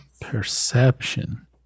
Perception